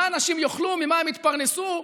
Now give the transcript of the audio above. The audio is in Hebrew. מה אנשים יאכלו, ממה הם יתפרנסו,